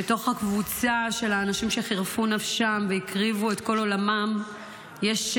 בתוך הקבוצה של האנשים שחירפו נפשם והקריבו את כל עולמם יש,